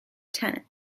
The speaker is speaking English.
tenant